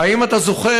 האם אתה זוכר,